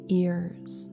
ears